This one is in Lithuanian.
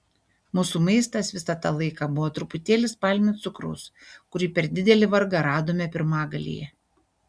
mūsų maistas visą tą laiką buvo truputėlis palmių cukraus kurį per didelį vargą radome pirmagalyje